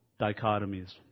dichotomies